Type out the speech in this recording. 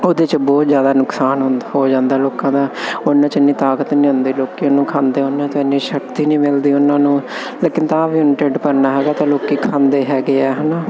ਉਹਦੇ 'ਚ ਬਹੁਤ ਜ਼ਿਆਦਾ ਨੁਕਸਾਨ ਹੁੰਦਾ ਹੋ ਜਾਂਦਾ ਲੋਕਾਂ ਦਾ ਉਹਨਾਂ 'ਚ ਇੰਨੀ ਤਾਕਤ ਨਹੀਂ ਹੁੰਦੀ ਲੋਕ ਉਹਨੂੰ ਖਾਂਦੇ ਉਹਨਾਂ ਤੋਂ ਇੰਨੀ ਸ਼ਕਤੀ ਨਹੀਂ ਮਿਲਦੀ ਉਹਨਾਂ ਨੂੰ ਲੇਕਿਨ ਤਾਂ ਵੀ ਹੁਣ ਢਿੱਡ ਭਰਨਾ ਹੈਗਾ ਤਾਂ ਲੋਕ ਖਾਂਦੇ ਹੈਗੇ ਹੈ ਹੈ ਨਾ